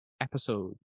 episode